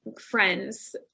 friends